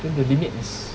then the limit is